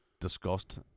discussed